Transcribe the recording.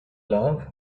love